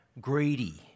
greedy